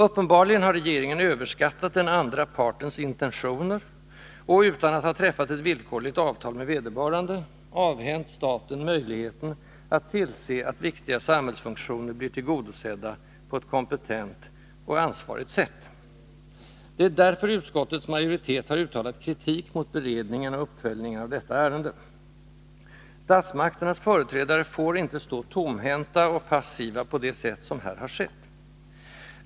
Uppenbarligen har regeringen överskattat den andra partens intentioner och — utan att ha träffat ett villkorligt avtal med vederbörande — avhänt staten möjligheten att tillse att viktiga samhällsfunktioner blir tillgodosedda på ett kompetent och ansvarigt sätt. Det är därför utskottets majoritet har uttalat kritik mot beredningen och uppföljningen av detta ärende. Statsmakternas företrädare får inte stå tomhänta och passiva på det sätt som här har skett.